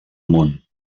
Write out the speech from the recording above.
munt